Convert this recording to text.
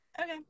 okay